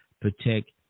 protect